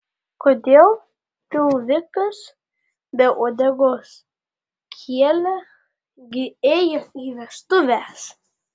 kodėl tilvikas be uodegos kielė gi ėjo į vestuves